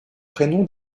prénom